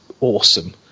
awesome